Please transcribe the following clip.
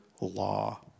law